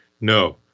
No